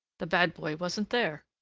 the bad boy wasn't there.